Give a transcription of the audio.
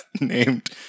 named